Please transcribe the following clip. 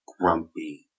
grumpy